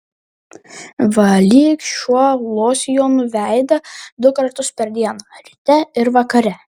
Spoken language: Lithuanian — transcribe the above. valyk šiuo losjonu veidą du kartus per dieną ryte ir vakare